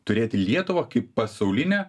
turėti lietuvą kaip pasaulinę